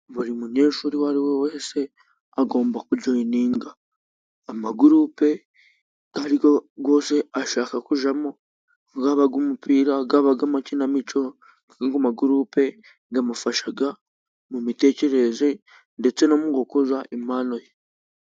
Buri munyeshuri uwo ari we wese, agomba kujoyininga amagurupe, ayariyo yose, ashaka kujyamo yaba ay'umupira yaba ay'inkinamico, nayandi ma gurupe, gamufasha mu mitekerereze, ndetse no mu gukuza impano ye.